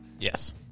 Yes